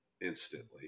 instantly